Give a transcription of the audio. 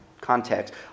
context